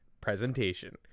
presentation